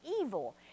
evil